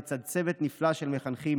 לצד צוות נפלא של מחנכים,